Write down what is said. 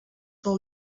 del